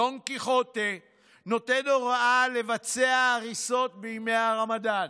דון קיחוטה נותן הוראה לבצע הריסות בימי הרמדאן.